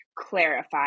Clarify